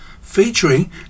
featuring